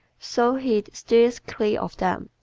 so he steers clear of them.